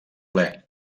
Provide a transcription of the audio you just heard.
ple